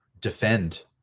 defend